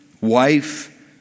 wife